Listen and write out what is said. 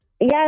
Yes